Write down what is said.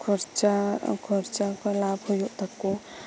ᱠᱷᱚᱨᱪᱟ ᱠᱚ ᱞᱟᱵᱷ ᱦᱩᱭᱩᱜ ᱛᱟᱠᱚ